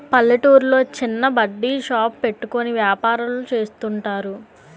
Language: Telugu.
పల్లెటూర్లో చిన్న బడ్డీ షాప్ పెట్టుకుని వ్యాపారాలు చేస్తుంటారు